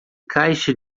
caixa